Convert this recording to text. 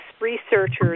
researchers